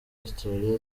australia